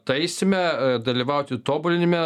taisyme dalyvauti tobulinime